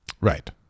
right